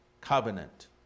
covenant